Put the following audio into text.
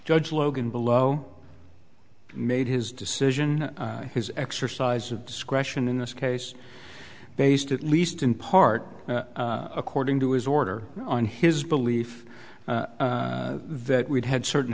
judge logan below made his decision his exercise of discretion in this case based at least in part according to his order on his belief that we'd had certain